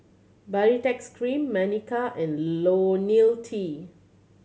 Baritex Cream Manicare and Ionil T